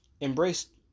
embraced